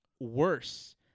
worse